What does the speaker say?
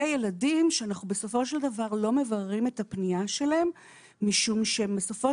וילדים שאנחנו בסופו של דבר לא מבררים את הפנייה שלהם משום שהם בסופו